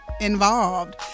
involved